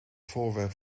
voorwerp